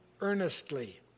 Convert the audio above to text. earnestly